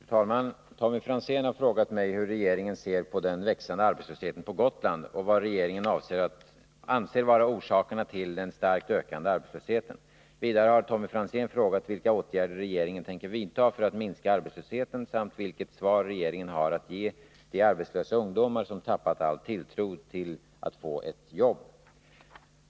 Fru talman! Tommy Franzén har frågat mig hur regeringen ser på den växande arbetslösheten på Gotland och vad regeringen anser vara orsakerna till den starkt ökande arbetslösheten. Vidare har Tommy Franzén frågat vilka åtgärder regeringen tänker vidta för att minska arbetslösheten samt vilket svar regeringen har att ge de arbetslösa ungdomar som tappat all tilltro till att få ett jobb.